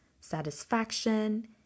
satisfaction